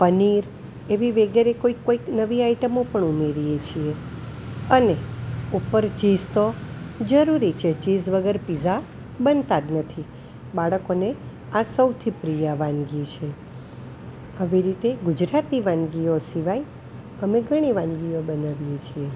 પનીર એવી વેગેરે કોઈક કોઈક નવી આઇટમો પણ ઉમેરીએ છીએ અને ઉપર ચીઝ તો જરૂરી છે ચીઝ વગર પીઝા બનતા જ નથી બાળકોને આ સૌથી પ્રિય વાનગી છે આવી રીતે ગુજરાતી વાનગીઓ સિવાય અમે ઘણી વાનગીઓ બનાવીએ છીએ